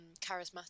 charismatic